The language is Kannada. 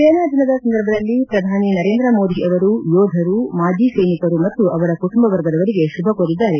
ಸೇನಾ ದಿನದ ಸಂದರ್ಭದಲ್ಲ ಪ್ರಧಾನಿ ನರೇಂದ್ರ ಮೋದಿ ಅವರು ಯೋಧರು ಮಾಜಿ ಸೈನಿಕರು ಮತ್ತು ಅವರ ಕುಟುಂಬ ವರ್ಗದವಲಿಗೆ ಶುಭ ಕೋರಿದ್ದಾರೆ